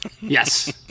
Yes